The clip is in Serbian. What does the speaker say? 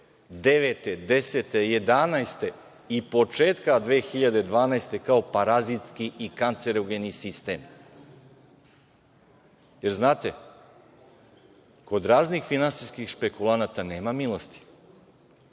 2010, 2011. i početkom 2012. godine, kao parazitski i kancerogeni sistem. Znate, kod raznih finansijskih špekulanata nema milosti